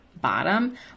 bottom